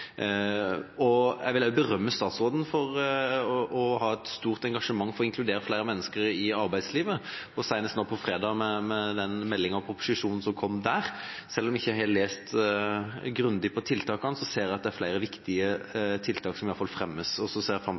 år. Jeg vil også berømme statsråden for å ha et stort engasjement for å inkludere flere mennesker i arbeidslivet, senest nå på fredag med den meldinga og proposisjonen som kom da. Selv om jeg ikke har lest tiltakene grundig, ser jeg iallfall at det er flere viktige tiltak som fremmes, og jeg ser fram